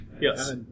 Yes